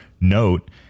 note